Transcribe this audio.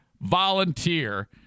volunteer